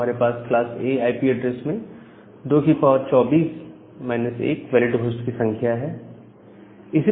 तो हमारे पास क्लास A आईपी एड्रेस में 224 1 वैलिड होस्ट की संख्या है